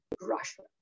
Russia